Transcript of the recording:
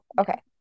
Okay